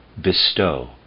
bestow